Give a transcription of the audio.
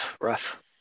Rough